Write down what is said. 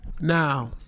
Now